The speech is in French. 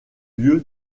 lieu